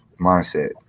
mindset